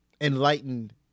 enlightened